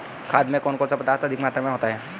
खाद में कौन सा पदार्थ अधिक मात्रा में होता है?